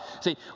See